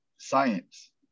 science